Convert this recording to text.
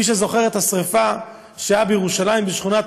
מי שזוכר את השרפה שהייתה בירושלים בשכונת